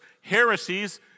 heresies